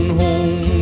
home